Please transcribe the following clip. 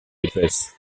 épaisse